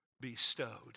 bestowed